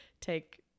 take